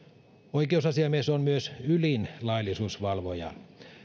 oikeusasiamies on myös ylin laillisuusvalvoja